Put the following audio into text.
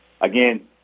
again